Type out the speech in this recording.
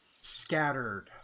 scattered